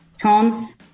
Tons